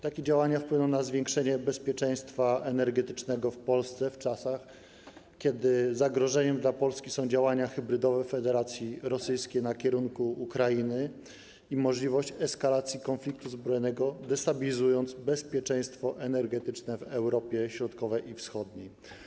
Takie działania wpłyną na zwiększenie bezpieczeństwa energetycznego w Polsce w czasach, kiedy zagrożeniem dla Polski są działania hybrydowe Federacji Rosyjskiej w kierunku Ukrainy i możliwość eskalacji konfliktu zbrojnego, co destabilizuje bezpieczeństwo energetyczne w Europie Środkowej i Wschodniej.